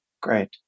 Great